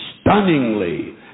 stunningly